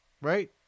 right